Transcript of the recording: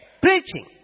preaching